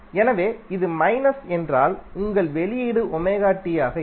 எனவே இது மைனஸ் என்றால் உங்கள் வெளியீடு ஆக இருக்கும்